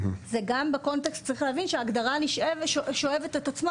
זה גם בקונטקסט צריך להבין שההגדרה שואבת את עצמה